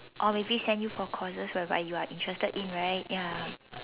or maybe send you for courses whereby you are interested in right ya